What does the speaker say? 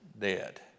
dead